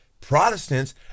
Protestants